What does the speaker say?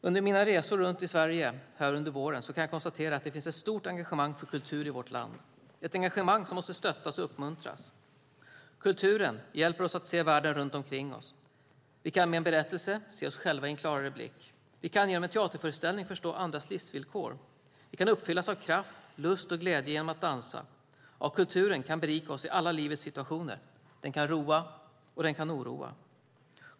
Under mina resor i Sverige under våren kan jag konstatera att det finns ett stort engagemang för kultur i vårt land, ett engagemang som måste stöttas och uppmuntras. Kulturen hjälper oss att se världen runt omkring oss. Vi kan med en berättelse se oss själva med en klarare blick. Vi kan genom en teaterföreställning förstå andras livsvillkor. Vi kan uppfyllas av kraft, lust och glädje genom att dansa. Kulturen kan berika oss i alla livets situationer. Den kan roa och den kan oroa.